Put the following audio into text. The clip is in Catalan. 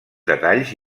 detalls